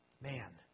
Man